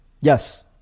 Yes